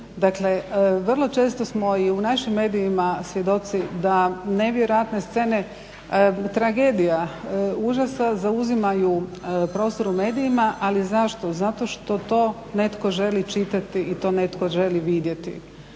Dakle, vrlo često smo i u našim medijima svjedoci da nevjerojatne scene tragedija, užasa zauzimaju prostor u medijima, ali zašto? Zato što to netko želi čitati i to netko želi vidjeti.